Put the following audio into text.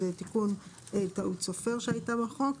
זה תיקון טעות סופר שהייתה בחוק.